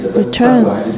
returns